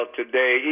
today